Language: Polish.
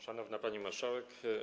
Szanowna Pani Marszałek!